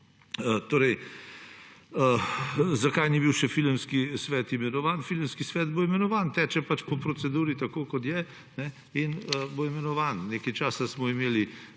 vas. Zakaj ni bil še imenovan filmski svet? Filmski svet bo imenovan, teče pač po proceduri, tako kot je, in bo imenovan. Nekaj časa smo imeli